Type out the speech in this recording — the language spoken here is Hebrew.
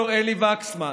לפרופ' אלי וקסמן,